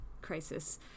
crisis